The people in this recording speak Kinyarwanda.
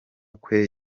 kwe